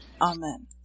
Amen